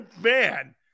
Man